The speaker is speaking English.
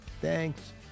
Thanks